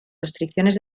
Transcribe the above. restricciones